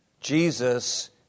Jesus